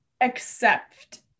accept